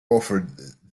offered